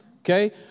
okay